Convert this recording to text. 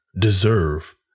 deserve